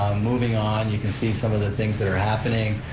moving on, you can see some of the things that are happening.